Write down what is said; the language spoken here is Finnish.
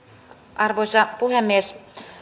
arvoisa puhemies